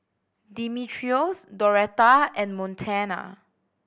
Dimitrios Doretta and Montana